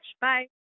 Bye